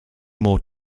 more